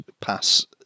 pass